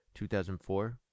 2004